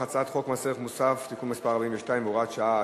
הצעת חוק מס ערך מוסף (תיקון מס' 42 והוראת שעה),